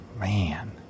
Man